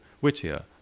Whittier